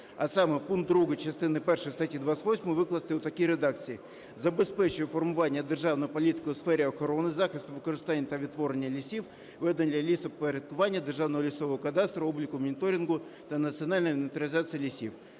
а саме пункт 2 частини першої статті 28 викласти у такій редакції: "Забезпечує формування державної політики у сфері охорони, захисту, використання та відтворення лісів, ведення лісовпорядкування, державного лісового кадастру, обліку, моніторингу та національної інвентаризації лісів".